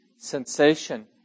sensation